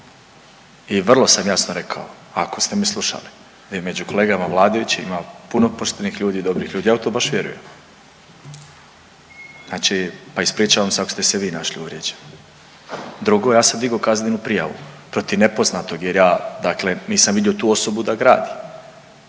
i vrlo sam jasno rekao ako ste me slušali da i među kolegama vladajućima ima puno poštenih ljudi i dobri ljudi, ja u to baš vjerujem. Znači pa ispričavam se ako ste se vi našli uvrijeđeni. Drugo ja sam dignuo kaznenu prijavu protiv nepoznatog jer ja dakle nisam vidio tu osobu da gradi